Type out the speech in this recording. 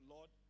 Lord